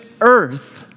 earth